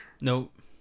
Nope